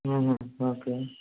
okay